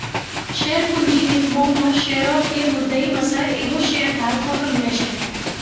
share पूंजी निगमो मे शेयरो के मुद्दइ मे से एगो शेयरधारको के मिले छै